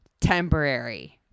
temporary